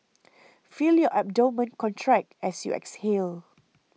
feel your abdomen contract as you exhale